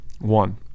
one